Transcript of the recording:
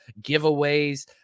giveaways